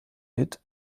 hit